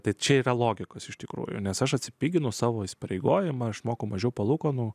tai čia yra logikos iš tikrųjų nes aš atsipiginu savo įsipareigojimą išmokau mažiau palūkanų